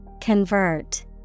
Convert